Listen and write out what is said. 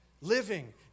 living